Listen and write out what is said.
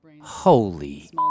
holy